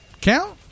count